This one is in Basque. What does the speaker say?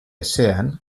ezean